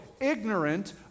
ignorant